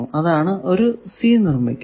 അതായത് ഒരു C നിർമിക്കുന്നു